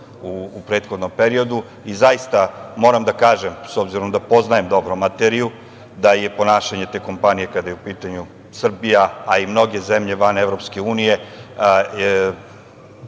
u prethodnom periodu i zaista moram da kažem da poznajem dobro materiju, da je ponašanje te kompanije kada je u pitanju Srbija, a i mnoge zemlje van EU,